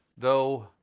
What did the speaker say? though,